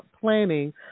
Planning